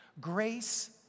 Grace